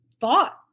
thought